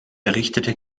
errichtete